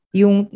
yung